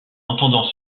entendant